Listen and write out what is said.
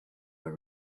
were